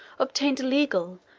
obtained a legal,